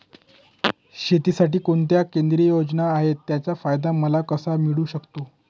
शेतीसाठी कोणत्या केंद्रिय योजना आहेत, त्याचा फायदा मला कसा मिळू शकतो?